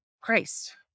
Christ